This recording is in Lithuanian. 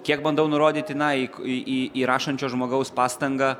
kiek bandau nurodyti na į į į rašančio žmogaus pastangą